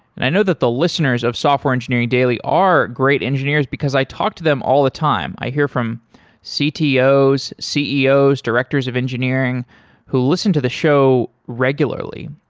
and i know that the listeners of software engineering daily are great engineers, because i talk to them all the time. i hear from ctos, ceos, directors of engineering who listen to the show regularly.